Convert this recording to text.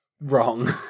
wrong